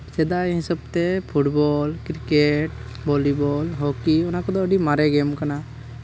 ᱥᱮᱫᱟᱭ ᱦᱤᱥᱟᱹᱵᱽᱛᱮ football cricket volleyball hockey ᱚᱱᱟ ᱠᱚᱫᱚ ᱟᱹᱰᱤ ᱢᱟᱨᱮ ᱜᱮᱹᱢ ᱠᱟᱱᱟ